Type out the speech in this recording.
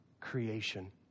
creation